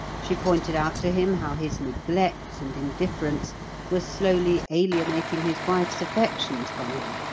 she pointed out to him how his neglect and indifference were slowly alienating his wife's affections from him.